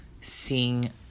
seeing